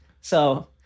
So-